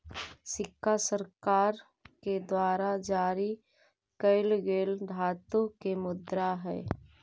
सिक्का सरकार के द्वारा जारी कैल गेल धातु के मुद्रा हई